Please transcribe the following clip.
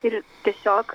ir tiesiog